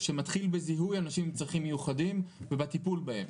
שמתחיל בזיהוי אנשים עם צרכים מיוחדים ובטיפול בהם.